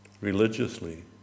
religiously